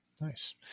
Nice